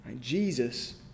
Jesus